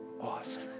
awesome